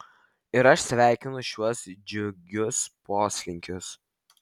ir aš sveikinu šiuos džiugius poslinkius